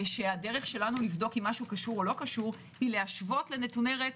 שהדרך שלנו לבדוק אם משהו קשור או לא להשוות לנתוני רקע.